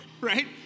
right